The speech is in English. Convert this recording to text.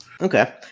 Okay